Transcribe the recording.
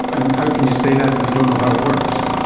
and how can you say that if you don't know how it works?